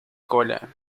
cola